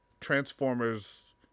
Transformers